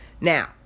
Now